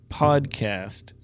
podcast